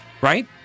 Right